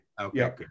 Okay